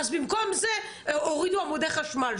אז במקום זה הורידו עמודי חשמל.